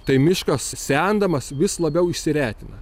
tai miškas sendamas vis labiau išsiretina